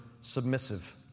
submissive